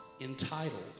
entitled